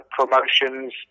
promotions